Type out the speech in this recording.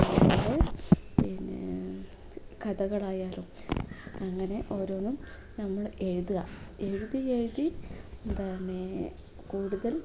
പിന്നെ കഥകളായാലും അങ്ങനെ ഓരോന്നും നമ്മൾ എഴുതുക എഴുതി എഴുതി എന്താന്നേ കൂടുതൽ